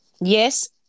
Yes